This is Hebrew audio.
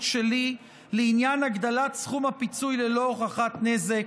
שלי לעניין הגדלת סכום הפיצוי ללא הוכחת נזק,